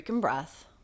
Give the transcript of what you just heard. breath